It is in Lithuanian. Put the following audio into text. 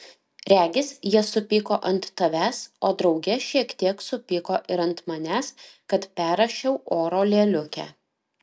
regis jie supyko ant tavęs o drauge šiek tiek supyko ir ant manęs kad perrašiau oro lėliukę